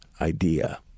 idea